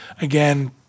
again